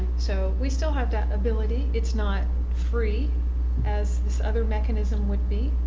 so we still have that ability it's not free as this other mechanism would be.